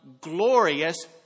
glorious